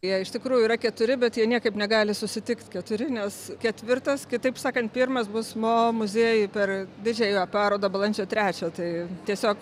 jie iš tikrųjų yra keturi bet jie niekaip negali susitikt keturi nes ketvirtas kitaip sakant pirmas bus mo muziejuj per didžiąją parodą balandžio trečią tai tiesiog